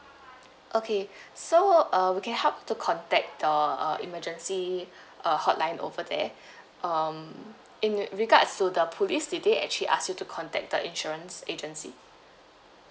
okay so uh we can help to contact the uh emergency uh hotline over there um in regards to the police did they actually ask you to contact the insurance agency